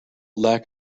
lack